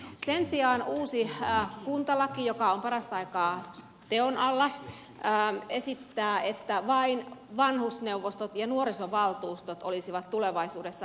sen sijaan uusi kuntalaki joka on parasta aikaa teon alla esittää että vain vanhusneuvostot ja nuorisovaltuustot olisivat tulevaisuudessa lakisääteisiä